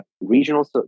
Regional